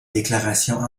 déclarations